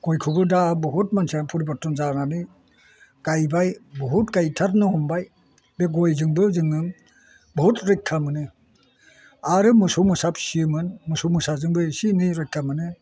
गयखौबो दा बहुद मानसियानो फरिबरथन जानानै गायबाय बहुद गायथारनो हमबाय बे गयजोंबो जोङो बहुद रैखा मोनो आरो मोसौ मोसा फियोमोन मोसौ मोसाजोंबो एसे एनै रैखा मोनो